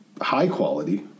high-quality